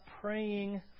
praying